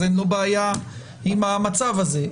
אז אין לו בעיה עם המצב הזה,